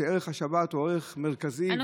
שבה ערך השבת הוא ערך מרכזי ויסודי.